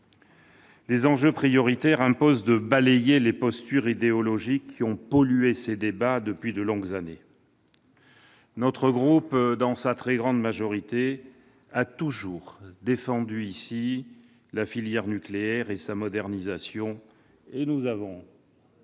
des enjeux impose de balayer les postures idéologiques qui ont pollué ces débats depuis de longues années. Notre groupe, dans sa très grande majorité, a toujours défendu la filière nucléaire et sa modernisation- nous avons